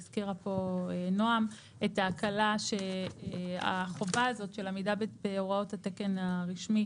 והזכירה פה נעם את ההקלה שהחובה הזאת של עמידה בהוראות התקן הרשמי